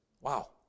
Wow